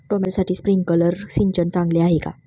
टोमॅटोसाठी स्प्रिंकलर सिंचन चांगले आहे का?